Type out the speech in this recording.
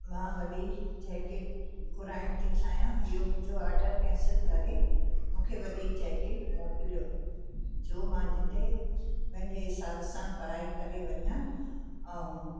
मां वॾी जैकेट घुराइण थी चाहियां इहो मुंहिंजो ऑडर कैंसिल करे मूंखे वॾी जैकेट मोकिलियो जो मां जिते मुंहिंजे हिसाब सां पाए करे वञा ऐं